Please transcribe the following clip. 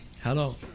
Hello